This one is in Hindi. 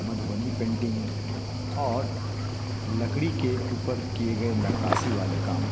मधुबनी पेंटिंग और लकड़ी के ऊपर किए गए नक्कासी वाले काम